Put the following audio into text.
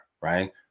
right